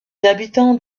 habitants